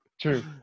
True